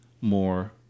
more